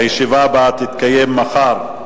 הישיבה הבאה תתקיים מחר,